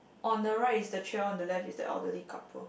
on the right is the tree on the left is the elderly couple